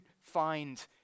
find